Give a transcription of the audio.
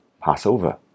Passover